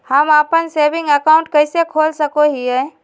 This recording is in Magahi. हम अप्पन सेविंग अकाउंट कइसे खोल सको हियै?